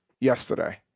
yesterday